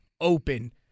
open